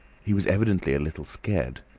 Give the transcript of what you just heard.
he was evidently a little scared.